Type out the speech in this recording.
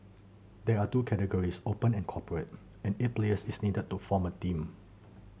there are two categories Open and Corporate and eight players is needed to form a team